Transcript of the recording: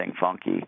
funky